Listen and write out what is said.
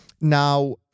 Now